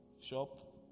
shop